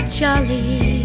jolly